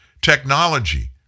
technology